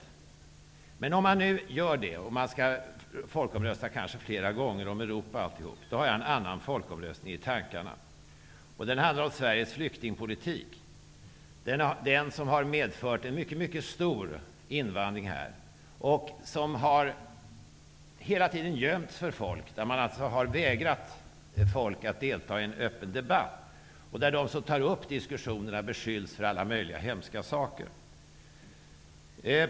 Om man väljer att göra så och kanske skall ha flera folkomröstningar om Europa, så har jag en annan folkomröstning i tankarna. Den handlar om Sveriges flyktingpolitik, som har medfört en mycket stor invandring och som hela tiden har gömts för folk. Man har vägrat folk att delta i en öppen debatt, och de som tar upp diskussionen beskylls för alla möjliga hemska saker.